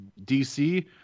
DC